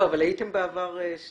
אבל הייתם שניים בעבר.